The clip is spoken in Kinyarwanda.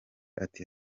ati